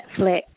Netflix